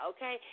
Okay